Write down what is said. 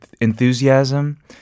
Enthusiasm